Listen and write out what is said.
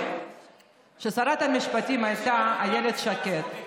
כששרת המשפטים הייתה אילת שקד,